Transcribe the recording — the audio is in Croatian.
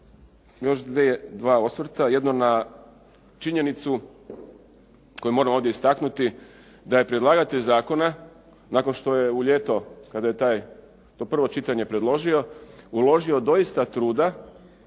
još dva osvrta. Jedno na činjenicu koju moram ovdje istaknuti da je predlagatelj zakona nakon što je u ljeto kada je to prvo čitanje predložio uložio dosta truda